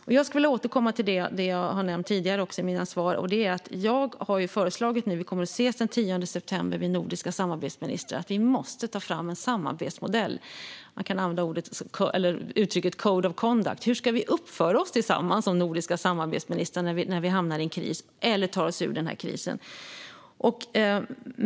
Jag skulle vilja återkomma till det jag har nämnt tidigare i mina svar, och det är att jag har föreslagit att vi nordiska samarbetsministrar, som kommer att ses den 10 september, måste ta fram en samarbetsmodell - man kan använda uttrycket code of conduct - för hur vi nordiska samarbetsministrar ska uppföra oss tillsammans när vi hamnar i en kris eller tar oss ur den här krisen.